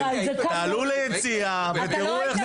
תעלו ליציע ותיראו איך זה מתנהל.